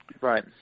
right